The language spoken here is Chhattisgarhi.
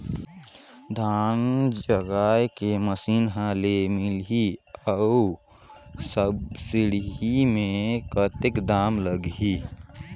धान जगाय के मशीन कहा ले मिलही अउ सब्सिडी मे कतेक दाम लगही?